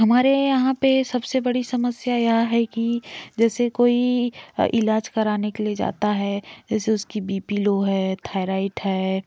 हमारे यहाँ पर सबसे बड़ी समस्या यह है कि जैसे कोई इलाज़ कराने के लिए जाता है जैसे उसकी बी पी लो है थायराइट है